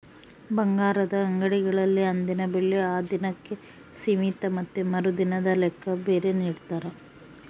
ಬಂಗಾರದ ಅಂಗಡಿಗಳಲ್ಲಿ ಅಂದಿನ ಬೆಲೆ ಆ ದಿನಕ್ಕೆ ಸೀಮಿತ ಮತ್ತೆ ಮರುದಿನದ ಲೆಕ್ಕ ಬೇರೆ ನಿಡ್ತಾರ